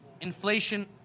Inflation